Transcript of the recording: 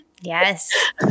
Yes